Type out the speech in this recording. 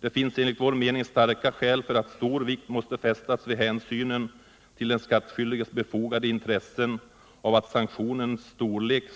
Det finns enligt vår mening starka skäl för att stor vikt fästes vid hänsynen för skattetillägg till den skattskyldiges befogade intresse av att sanktionens storlek